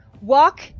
Walk